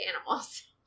animals